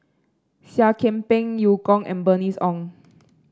Seah Kian Peng Eu Kong and Bernice Ong